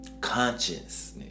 Consciousness